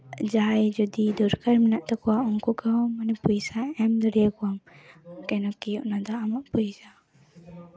ᱡᱟᱦᱟᱸᱭ ᱡᱚᱫᱤ ᱫᱚᱨᱠᱟᱨ ᱢᱮᱱᱟᱜ ᱛᱟᱠᱚᱣᱟ ᱩᱱᱠᱩ ᱠᱚᱦᱚᱸ ᱢᱟᱱᱮ ᱯᱚᱭᱥᱟ ᱮᱢ ᱫᱟᱲᱮ ᱠᱚᱣᱟᱢ ᱠᱮᱱᱚ ᱠᱤ ᱚᱱᱟ ᱫᱚ ᱟᱢᱟᱜ ᱯᱚᱭᱥᱟ